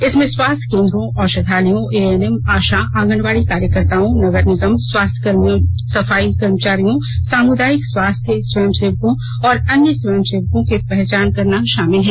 इसमें स्वास्थ्य केन्द्रों औषधालयों ए एनएम आशा आंगनवाडी कार्यकर्ताओं नगर निगम स्वास्थ्य कर्मियों सफाई कर्मचारियों सामुदायिक स्वास्थ्य स्वयं सेवकों और अन्य स्वयं सेवकों की पहचान करना शामिल है